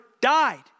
died